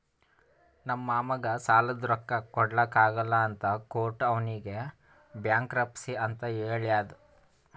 ನಮ್ ಮಾಮಾಗ್ ಸಾಲಾದ್ ರೊಕ್ಕಾ ಕೊಡ್ಲಾಕ್ ಆಗಲ್ಲ ಅಂತ ಕೋರ್ಟ್ ಅವ್ನಿಗ್ ಬ್ಯಾಂಕ್ರಪ್ಸಿ ಅಂತ್ ಹೇಳ್ಯಾದ್